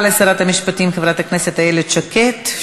תודה רבה לשרת המשפטים חברת הכנסת איילת שקד.